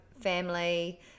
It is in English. family